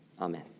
Amen